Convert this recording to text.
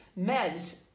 meds